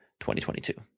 2022